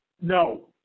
no